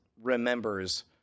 remembers